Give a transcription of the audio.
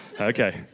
Okay